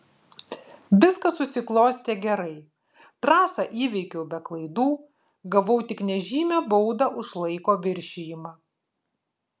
viskas susiklostė gerai trasą įveikiau be klaidų gavau tik nežymią baudą už laiko viršijimą